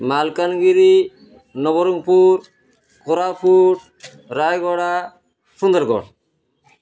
Malkangiri Nabarangpur Koraput Rayagada Sundargarh